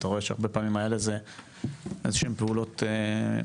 אתה רואה שהרבה פעמים היה לזה איזשהם פעולות מקדימות.